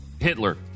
Hitler